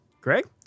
Greg